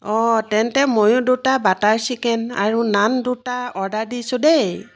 অঁ তেন্তে ময়ো দুটা বাটাৰ চিকেন আৰু নান দুটা অৰ্ডাৰ দিছোঁ দেই